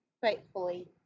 Faithfully